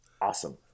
Awesome